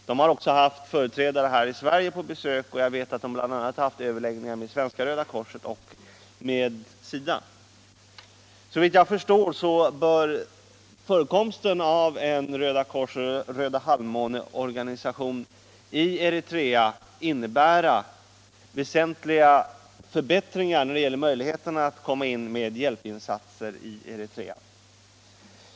Den har också haft företrädare på besök här i Sverige, och jag vet att dessa bl.a. har haft överläggningar med Svenska röda korset och SIDA. Såvitt jag förstår bör förekomsten av en Rödakorsoch Rödahalvmåneorganisation i Eritrea innebära väsentliga förbättringar när det gäller möjligheterna att komma in med hjälpinsatser i Eritrea.